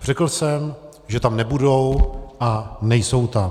Řekl jsem, že tam nebudou, a nejsou tam.